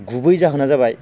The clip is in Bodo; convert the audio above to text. गुबै जाहोना जाबाय